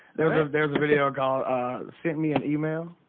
there's there's a video called send me an email,